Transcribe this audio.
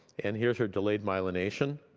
and here's her delayed myelination.